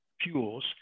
fuels